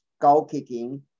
goal-kicking